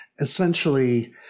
essentially